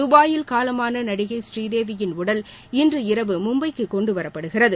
துபாயில் காலமான நடிகை ஸ்ரீதேவியின் உடல் இன்றிரவு மும்பைக்கு கொண்டுவரப்படுகிறது